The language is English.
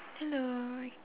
hello